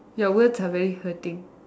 your words are very hurting